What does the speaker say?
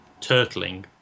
turtling